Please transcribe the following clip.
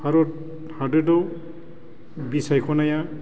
भारत हादोराव बिसायख'थिया